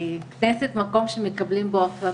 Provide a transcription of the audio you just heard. כנסת זה מקום שמקבלים בו החלטות,